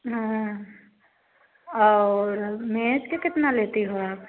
हाँ और मेज़ का कितना लेती हो आप